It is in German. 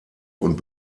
und